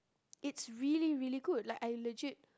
it's really really good like I legit